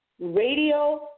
Radio